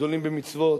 גדולים במצוות,